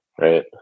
right